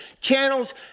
channels